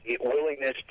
willingness